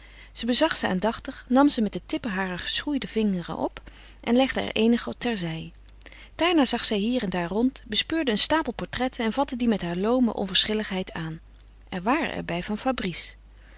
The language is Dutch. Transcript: ze bezag ze aandachtig nam ze met de tippen harer geschoeide vingeren op en legde er eenige terzij daarna zag zij hier en daar rond bespeurde een stapel portretten en vatte die met haar loome onverschilligheid aan er waren er bij van fabrice